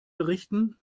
berichten